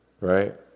right